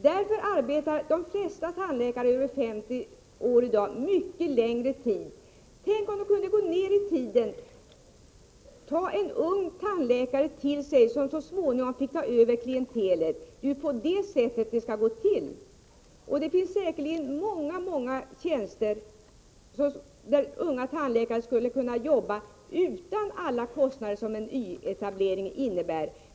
Därför arbetar de flesta tandläkare över 50 år i dag mycket längre än tidigare. Tänk om de kunde gå ned i tid och ta en ung tandläkare till sig, som så småningom fick ta över klientelet. Det är ju på det sättet det skall gå till. Det finns säkerligen många tjänster där unga tandläkare skulle kunna arbeta utan alla de kostnader som en nyetablering innebär.